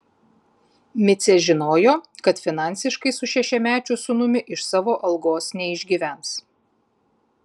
micė žinojo kad finansiškai su šešiamečiu sūnumi iš savo algos neišgyvens